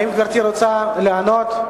האם גברתי רוצה לענות?